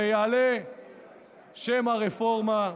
ויעלה שם הרפורמה.